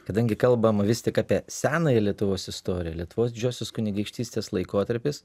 kadangi kalbama vis tik apie senąją lietuvos istoriją lietuvos didžiosios kunigaikštystės laikotarpis